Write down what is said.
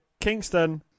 Kingston